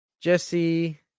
Jesse